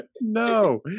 no